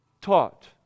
taught